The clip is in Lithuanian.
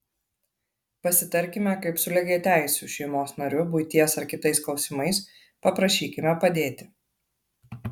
pasitarkime kaip su lygiateisiu šeimos nariu buities ar kitais klausimais paprašykime padėti